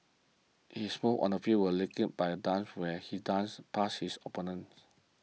his move on the field were likened by a dance where he dance past his opponents